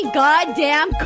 goddamn